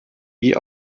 wie